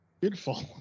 Beautiful